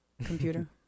computer